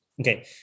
Okay